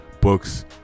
books